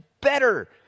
better